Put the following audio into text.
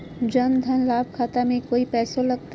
जन धन लाभ खाता में कोइ पैसों लगते?